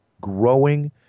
growing